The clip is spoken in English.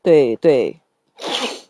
对对